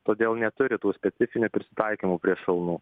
todėl neturi tų specifinių prisitaikymų prie šalnų